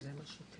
הוא מקבל שיחת